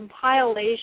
compilation